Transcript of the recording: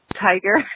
Tiger